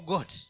God